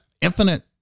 infinite